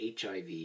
HIV